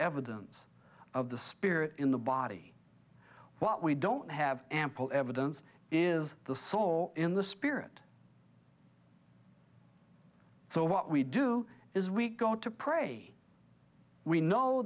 evidence of the spirit in the body what we don't have ample evidence is the soul in the spirit so what we do is we go to pray we know